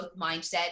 mindset